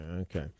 Okay